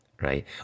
Right